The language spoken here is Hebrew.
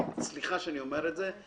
סליחה שאני אומר את זה,